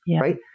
right